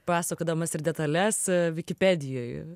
pasakodamas ir detales vikipedijoj